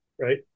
right